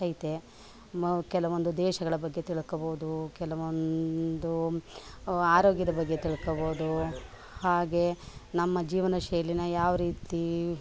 ಐತೆ ಮ ಕೆಲವೊಂದು ದೇಶಗಳ ಬಗ್ಗೆ ತಿಳ್ಕೊಳ್ಬೋದು ಕೆಲವೊಂದು ಆರೋಗ್ಯದ ಬಗ್ಗೆ ತಿಳ್ಕೊಳ್ಬೋದು ಹಾಗೆ ನಮ್ಮ ಜೀವನಶೈಲಿನ ಯಾವ ರೀತಿ